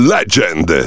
Legend